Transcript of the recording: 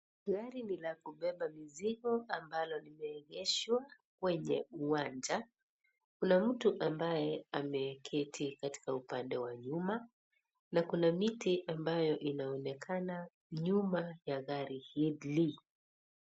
Gari ni la kubeba mizigo ambalo limeegeshwa kwenye uwanja, kuna mtu ambaye ameketi katika upande wa nyuma na kuna miti ambayo inaonekana nyuma ya gari hili.